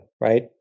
right